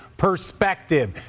Perspective